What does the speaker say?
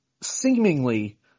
seemingly